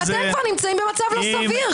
כי אתם כבר נמצאים במצב לא סביר,